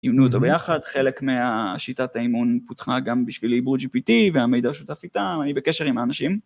אימנו אותו ביחד, חלק מהשיטת האימון פותחה גם בשביל עיבוד GPT והמידע שותף איתם, אני בקשר עם האנשים.